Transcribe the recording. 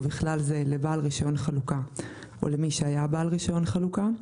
ובכלל זה לבעל רישיון חלוקה או למי שהיה בעל רישיון חלוקה,